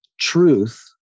truth